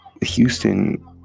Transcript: Houston